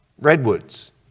Redwoods